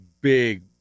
big